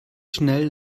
schnell